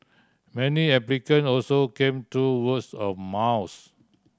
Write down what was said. many applicant also came through words of mouth